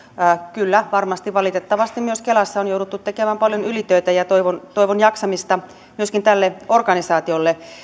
kyllä varmasti valitettavasti myös kelassa on jouduttu tekemään paljon ylitöitä ja toivon toivon jaksamista tälle organisaatiolle